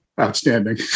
Outstanding